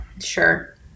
sure